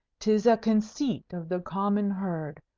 tis a conceit of the common herd,